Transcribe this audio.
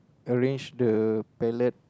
arrange the palette